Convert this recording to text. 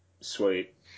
Sweet